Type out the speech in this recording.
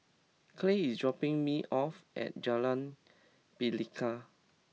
Kyleigh is dropping me off at Jalan Pelikat